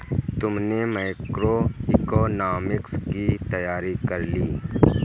तुमने मैक्रोइकॉनॉमिक्स की तैयारी कर ली?